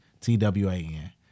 T-W-A-N